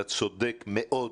אתה צודק מאוד.